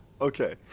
Okay